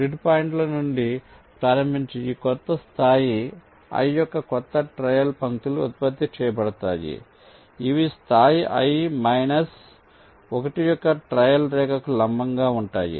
grid పాయింట్ల నుండి ప్రారంభించి ఈ కొత్త స్థాయి i యొక్క కొత్త ట్రయల్ పంక్తులు ఉత్పత్తి చేయబడతాయి ఇవి స్థాయి i మైనస్ 1 యొక్క ట్రయల్ రేఖకు లంబంగా ఉంటాయి